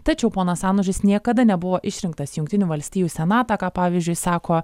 tačiau ponas anužis niekada nebuvo išrinktas jungtinių valstijų senatą ką pavyzdžiui sako